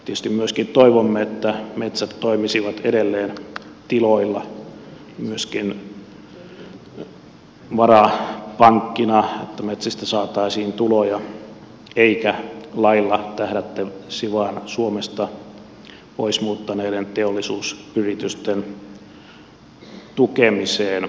tietysti myöskin toivomme että metsät toimisivat edelleen tiloilla myöskin varapankkina että metsistä saataisiin tuloja ja ettei lailla tähdättäisi vain suomesta pois muuttaneiden teollisuusyritysten tukemiseen